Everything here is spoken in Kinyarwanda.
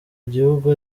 igihugu